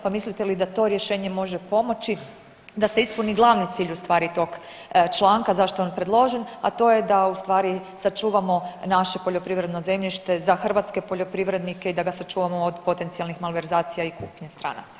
Pa mislite li da to rješenje može pomoći da se ispuni glavni cilj ustvari tog članka zašto je on predložen, a to je da ustvari sačuvamo naše poljoprivredno zemljište za hrvatske poljoprivrednike i da ga sačuvamo od potencijalnih malverzacija i kupnje stranaca.